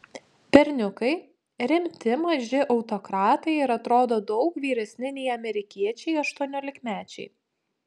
berniukai rimti maži autokratai ir atrodo daug vyresni nei amerikiečiai aštuoniolikmečiai